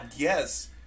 Yes